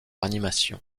animation